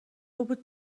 بود